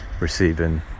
receiving